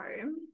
home